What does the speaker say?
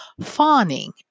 fawning